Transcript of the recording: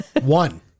One